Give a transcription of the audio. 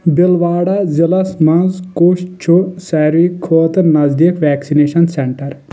بِلواڑہ ضلعس مَنٛز کُس چھُ ساروی کھوتہٕ نزدیٖک ویکسِنیشن سینٹر ؟